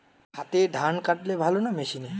হাতে ধান কাটলে ভালো না মেশিনে?